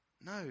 no